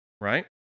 Right